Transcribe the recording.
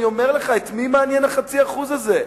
אני אומר לך, את מי מעניין ה-0.5% הזה?